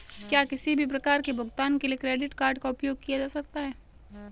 क्या किसी भी प्रकार के भुगतान के लिए क्रेडिट कार्ड का उपयोग किया जा सकता है?